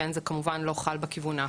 כן זה כמובן לא חל בכיוון ההפוך.